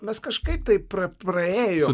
mes kažkaip tai pra praėjom